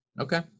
Okay